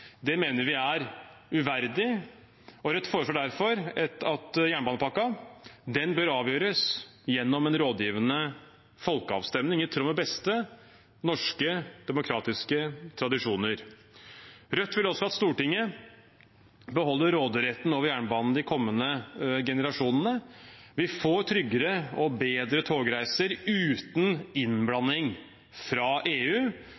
Det mener vi er uverdig. Rødt foreslår derfor at jernbanepakken bør avgjøres gjennom en rådgivende folkeavstemning i tråd med de beste norske demokratiske tradisjoner. Rødt vil også at Stortinget beholder råderetten over jernbanen de kommende generasjonene. Vi får tryggere og bedre togreiser uten innblanding fra EU.